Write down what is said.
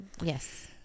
Yes